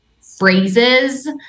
phrases